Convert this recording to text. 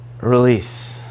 release